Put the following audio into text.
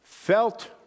Felt